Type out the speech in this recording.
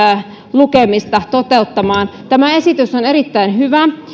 lukemista toteuttamaan tämä esitys on erittäin hyvä